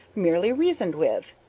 merely reasoned with.